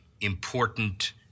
important